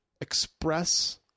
express